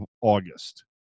August